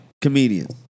comedians